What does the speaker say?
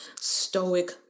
stoic